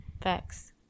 facts